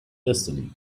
destiny